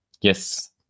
yes